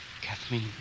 Kathleen